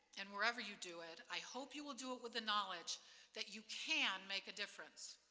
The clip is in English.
and wherever you do it, i hope you will do it with the knowledge that you can make a difference.